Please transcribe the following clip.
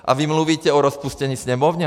A vy mluvíte o rozpuštění Sněmovny?